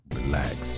relax